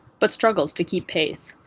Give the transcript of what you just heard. but struggles to keep pace.